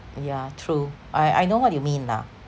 yeah true I I know what you mean lah